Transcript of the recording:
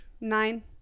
nine